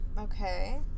Okay